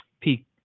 peak